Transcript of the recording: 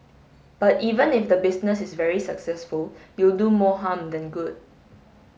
but even if the business is very successful you'll do more harm than good